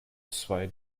zwei